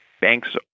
banks